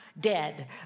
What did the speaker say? dead